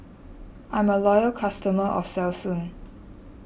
I'm a loyal customer of Selsun